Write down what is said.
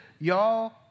Y'all